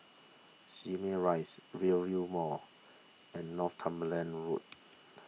Simei Rise Rivervale Mall and Northumberland Road